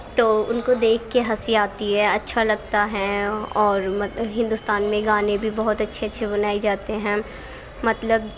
تو ان کو دیکھ کے ہنسی آتی ہے اچھا لگتا ہے اور ہندوستان میں گانے بھی بہت اچھے اچھے بنائے جاتے ہیں مطلب